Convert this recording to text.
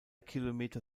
kilometer